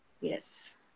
Yes